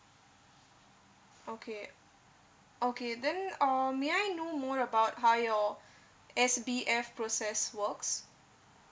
okay okay then uh may I know more about how your S_B_F process works